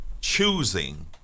choosing